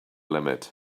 limit